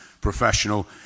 professional